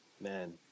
Man